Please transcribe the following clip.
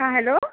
हँ हेलो